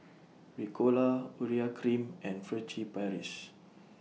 Ricola Urea Cream and Furtere Paris